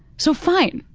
so fine.